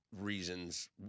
reasons